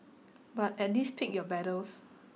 but at least pick your battles